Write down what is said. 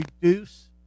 reduce